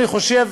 אני חושב